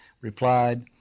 replied